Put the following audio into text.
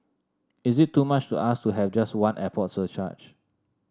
is it too much to ask to have just one airport surcharge